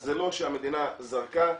זה לא שהמדינה זרקה,